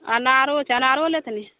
अनारो छै अनारो लेथनी